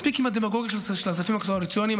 מספיק עם הדמגוגיה של הכספים הקואליציוניים.